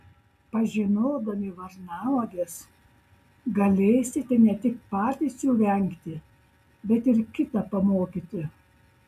pažinodami varnauoges galėsite ne tik patys jų vengti bet ir kitą pamokyti